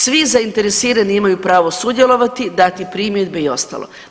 Svi zainteresirani imaju pravo sudjelovati, dati primjedbe i ostalo.